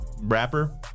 Rapper